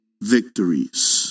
victories